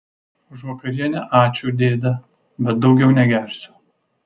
už vakarienę ačiū dėde bet daugiau negersiu